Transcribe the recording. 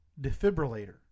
defibrillator